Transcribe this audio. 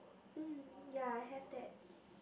mm ya I have that